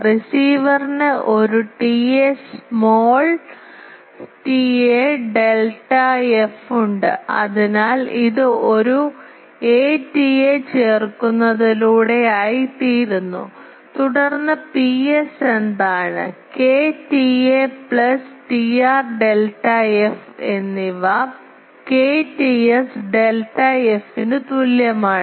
റിസീവറിന് ഒരു TA small Ta delta f ഉണ്ട് അതിനാൽ ഇത് ഒരു a Ta ചേർക്കുന്നതിലൂടെയായിത്തീർന്നു തുടർന്ന് പിഎസ് എന്താണ് K TA plus Tr delta f എന്നിവ K Ts delta f തുല്യമാണ്